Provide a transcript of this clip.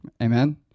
Amen